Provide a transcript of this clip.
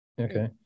okay